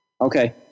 Okay